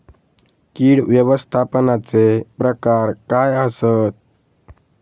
कीड व्यवस्थापनाचे प्रकार काय आसत?